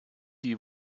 die